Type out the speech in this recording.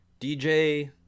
DJ